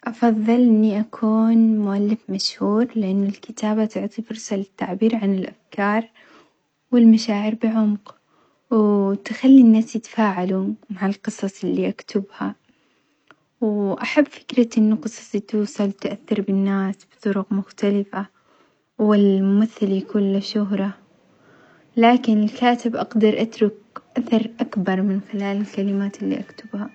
أفظل إني أكون مؤلف مشهور لأنه الكتابة تعطي فرصة للتعبير عن الأفكار والمشاعر بعمق وتخلي الناس يتفاعلوا مع القصص اللي أكتبها، وأحب فكرة إن قصصي توصل تأثر بالناس بطرق مختلفة والممثل يكون له شهرة لكن الكاتب أقدر أترك أثر أكبر من خلال الكلمات اللي أكتبها.